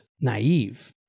naive